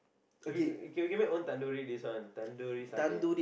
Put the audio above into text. we we can get back our own tandoori this one tandoori satay